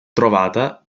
trovata